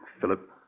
Philip